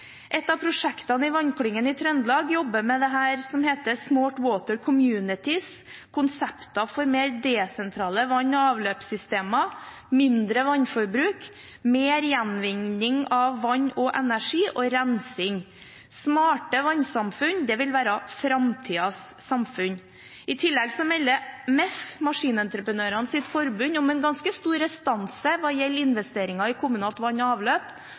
av prosjektene i Vannklyngen i Trøndelag jobber med det som heter Smart Water Communities, konsepter for mer desentrale vann- og avløpssystemer, mindre vannforbruk, mer gjenvinning av vann, energi og rensing. Smarte vannsamfunn vil være framtidens samfunn. I tillegg melder Maskinentreprenørenes forbund, MEF, om en ganske stor restanse når det gjelder investeringer i kommunalt vann og avløp.